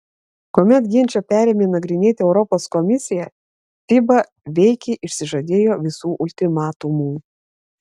kuomet ginčą perėmė nagrinėti europos komisija fiba veikiai išsižadėjo visų ultimatumų